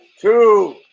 Two